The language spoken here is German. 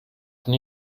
von